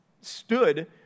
stood